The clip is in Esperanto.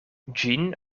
ĝin